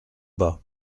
bas